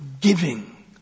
giving